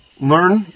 learn